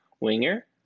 winger